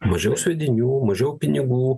mažiau sviedinių mažiau pinigų